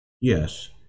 Yes